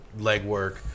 legwork